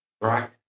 Right